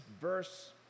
verse